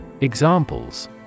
Examples